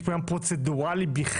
יש פה עניין פרוצדוראלי בלבד,